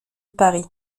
paris